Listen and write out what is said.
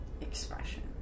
expression